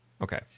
Okay